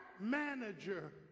manager